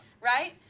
Right